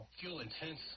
fuel-intense